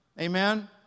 amen